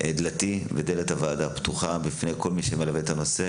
דלתי ודלת הוועדה פתוחות בפני כל מי שמלווה את הנושא,